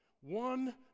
One